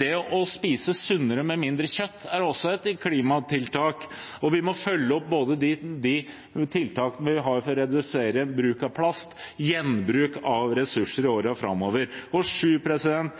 Det å spise sunnere med mindre kjøtt er også et klimatiltak, og vi må følge opp de tiltakene vi har for å redusere bruk av plast, og ha gjenbruk av ressurser i årene framover. Vi må bygge opp teknologien for karbonfangst og